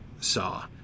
saw